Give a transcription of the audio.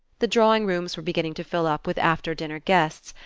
the drawing-rooms were beginning to fill up with after-dinner guests,